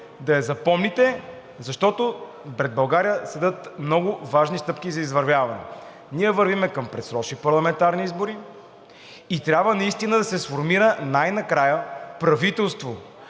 да я запомните, защото пред България седят много важни стъпки за извървяване. Ние вървим към предсрочни парламентарни избори и трябва наистина да се сформира най-накрая правителство,